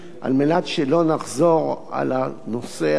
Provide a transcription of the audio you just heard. על מנת שלא נחזור על הנושא הזה,